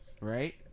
Right